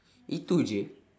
itu jer